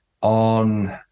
on